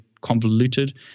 convoluted